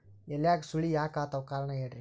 ಎಲ್ಯಾಗ ಸುಳಿ ಯಾಕಾತ್ತಾವ ಕಾರಣ ಹೇಳ್ರಿ?